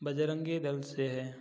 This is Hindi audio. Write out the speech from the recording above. बजरंगी दल से है